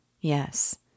Yes